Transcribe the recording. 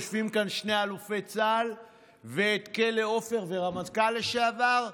יושבים כאן שני אלופי צה"ל ורמטכ"ל לשעבר,